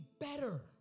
better